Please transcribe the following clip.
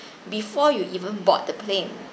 before you even board the plane